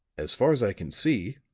as far as i can see,